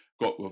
got